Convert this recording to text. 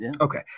Okay